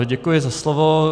Děkuji za slovo.